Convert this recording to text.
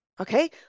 Okay